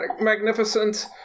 magnificent